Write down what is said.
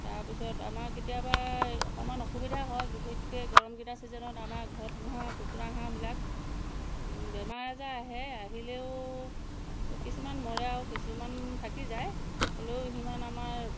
তাৰপিছত আমাৰ কেতিয়াবা অকণমান অসুবিধা হয় বিশেষকৈ গৰমকেইটা ছিজনত আমাৰ ঘৰত পোহা কুকুৰা হাঁহবিলাক বেমাৰ আজাৰ আহে আহিলেও কিছুমান মৰে আৰু কিছুমান থাকি যায় হ'লেও সিমান আমাৰ